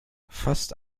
fast